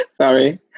Sorry